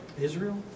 Israel